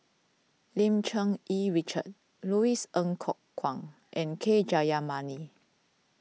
Lim Cherng Yih Richard Louis Ng Kok Kwang and K Jayamani